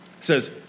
says